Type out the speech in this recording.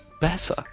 better